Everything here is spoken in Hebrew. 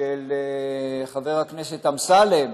של חבר הכנסת אמסלם,